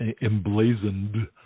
emblazoned